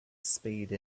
spade